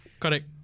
Correct